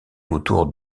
autour